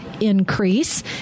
increase